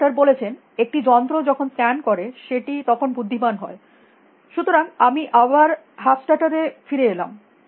Hofstadter বলেছেন একটি যন্ত্র যখন স্ক্যান করে সেটি তখন বুদ্ধিমান হয় সুতরাং আমি আবার হাফস্ট্যাটার এ ফিরে এলাম